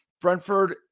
Brentford